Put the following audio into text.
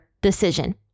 decision